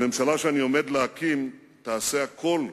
הממשלה שאני עומד להקים תעשה הכול,